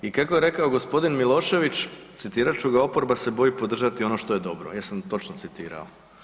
I kako je rekao g. Milošević, citirat ću ga „oporba se boji podržati ono što je dobro“, jesam točno citirao?